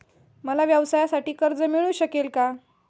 मला व्यवसायासाठी कर्ज मिळू शकेल का?